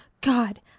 God